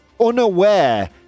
unaware